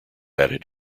added